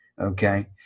okay